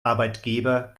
arbeitgeber